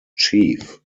chief